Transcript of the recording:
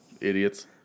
Idiots